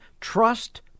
Trust